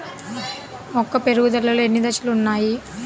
మొక్క పెరుగుదలలో ఎన్ని దశలు వున్నాయి?